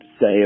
say